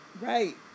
Right